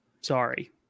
sorry